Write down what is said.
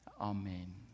Amen